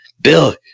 Bill